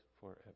forever